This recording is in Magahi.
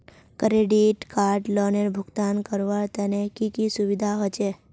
क्रेडिट कार्ड लोनेर भुगतान करवार तने की की सुविधा होचे??